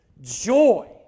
joy